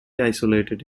isolated